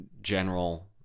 general